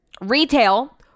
retail